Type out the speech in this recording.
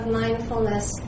mindfulness